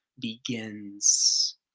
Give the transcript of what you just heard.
begins